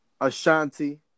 Ashanti